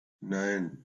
nine